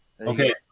Okay